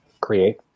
create